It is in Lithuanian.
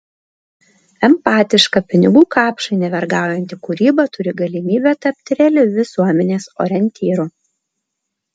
empatiška pinigų kapšui nevergaujanti kūryba turi galimybę tapti realiu visuomenės orientyru